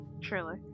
Truly